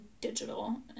digital